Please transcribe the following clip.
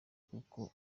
kuko